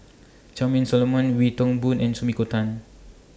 Charmaine Solomon Wee Toon Boon and Sumiko Tan